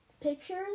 pictures